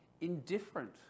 indifferent